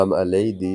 אולם הליידי,